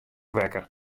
wekker